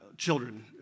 Children